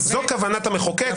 זו כוונת המחוקק,